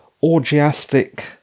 orgiastic